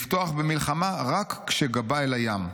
לפתוח במלחמה רק 'כשגבה אל הים'.